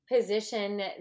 position